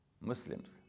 Muslims